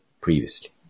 previously